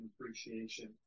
appreciation